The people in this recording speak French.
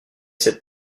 cette